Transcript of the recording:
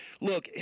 Look